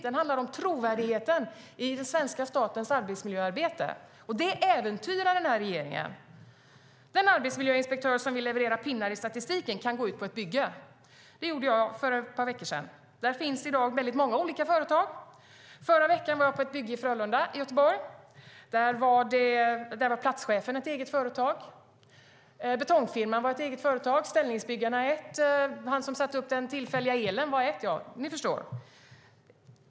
Den handlar om trovärdigheten i den svenska statens arbetsmiljöarbete. Det äventyrar den här regeringen. Den arbetsmiljöinspektör som vill leverera pinnar i statistiken kan gå ut på ett bygge. Det gjorde jag för ett par veckor sedan. Där finns i dag många olika företag. Förra veckan var jag på ett bygge i Frölunda i Göteborg. Där var platschefen ett eget företag, betongfirman var ett eget företag, ställningsbyggarna var ett, han som installerade den tillfälliga elen var ett. Ni förstår hur det är.